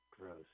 Gross